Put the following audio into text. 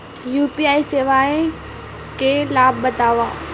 UPI सेवाएं के लाभ बतावव?